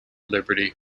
liberty